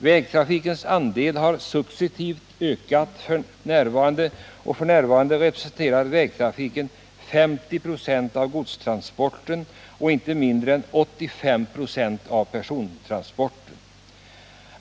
Vägtrafikens andel har successivt ökat, och f.n. representerar vägtrafiken 50 96 av godstransporten och inte mindre än 85 96 av persontransporten.